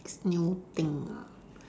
next new thing ah